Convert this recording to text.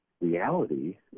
reality